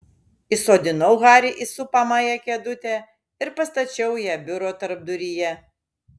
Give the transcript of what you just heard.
įsodinau harį į supamąją kėdutę ir pastačiau ją biuro tarpduryje